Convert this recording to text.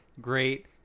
great